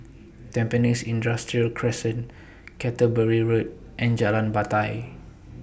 Tampines Industrial Crescent Canterbury Road and Jalan Batai